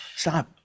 Stop